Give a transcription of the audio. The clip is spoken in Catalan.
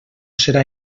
serà